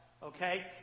Okay